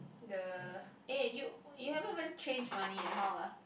the eh you you haven't even change money eh how ah